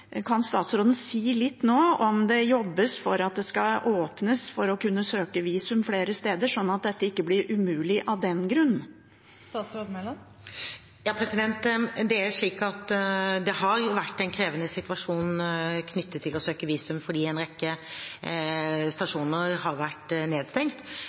Kan statsråden si litt nå om det jobbes for at det skal åpnes for å kunne søke visum flere steder, sånn at dette ikke blir umulig av den grunn? Det har vært en krevende situasjon knyttet til å søke visum fordi en rekke stasjoner har vært nedstengt,